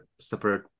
separate